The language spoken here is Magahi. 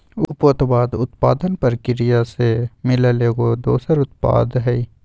उपोत्पाद उत्पादन परकिरिया से मिलल एगो दोसर उत्पाद हई